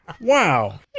wow